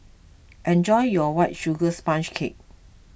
enjoy your White Sugar Sponge Cake